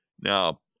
Now